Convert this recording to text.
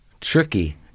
Tricky